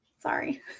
Sorry